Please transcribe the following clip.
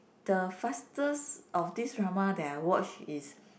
the fastest of this drama that I watch is